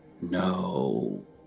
No